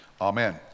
Amen